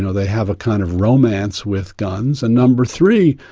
so they have a kind of romance with guns, and number three,